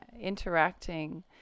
interacting